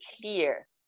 clear